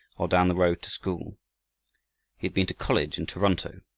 or down the road to school. he had been to college in toronto,